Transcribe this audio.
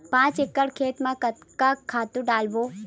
पांच एकड़ खेत म कतका खातु डारबोन?